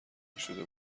نشده